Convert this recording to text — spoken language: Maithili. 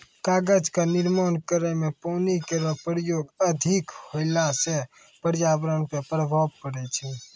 कागज क निर्माण करै म पानी केरो प्रयोग अधिक होला सँ पर्यावरण पर प्रभाव पड़ै छै